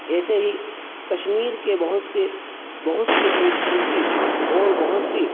ایسے ہی کشمیر کے بہت سے بہت سی خوبصورتی اور بہت سی